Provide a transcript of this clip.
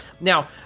Now